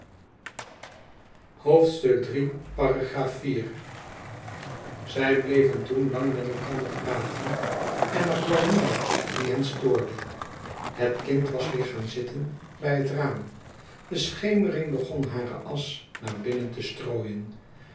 zij bleven toen lang met elkander praten en er kwam niemand die hen stoorde het kind was weêr gaan zitten bij het raam de schemering begon hare asch naar binnen te strooien